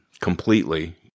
completely